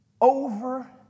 over